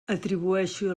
atribueixo